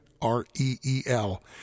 r-e-e-l